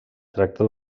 tracta